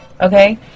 okay